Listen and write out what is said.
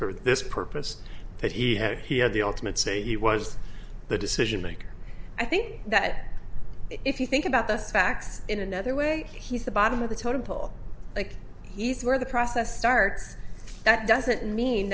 for this purpose that he had he had the ultimate say he was the decision maker i think that if you think about the facts in another way he's the bottom of the totem pole like he's where the process starts that doesn't mean